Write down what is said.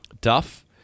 Duff